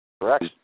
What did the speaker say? Correct